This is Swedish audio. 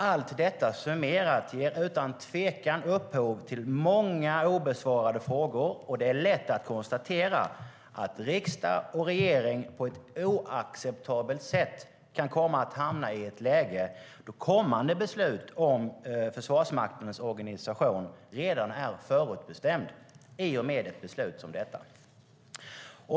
Allt detta summerat ger utan tvivel upphov till många obesvarade frågor. Det är lätt att konstatera att riksdag och regering på ett oacceptabelt sätt kan komma att hamna i ett läge då kommande beslut om Försvarsmaktens organisation redan är förutbestämda i och med ett beslut som detta.